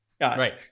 Right